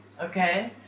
okay